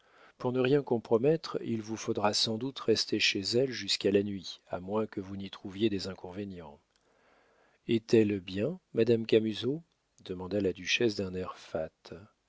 pour ne rien compromettre il vous faudra sans doute rester chez elle jusqu'à la nuit à moins que vous n'y trouviez des inconvénients est-elle bien madame camusot demanda la duchesse d'un air